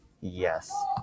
Yes